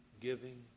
Giving